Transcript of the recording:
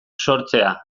sortzea